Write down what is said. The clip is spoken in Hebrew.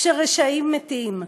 כשרשעים מתים".